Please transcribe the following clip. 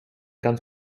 ganz